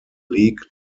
league